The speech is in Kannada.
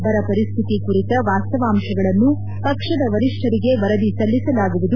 ಬರ ಪರಿಸ್ಥಿತಿ ಕುರಿತ ವಾಸ್ತವಾಂಶಗಳನ್ನು ಪಕ್ಷದ ವರಿಷ್ಟರಿಗೆ ವರದಿ ಸಲ್ಲಿಸಲಾಗುವುದು